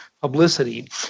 publicity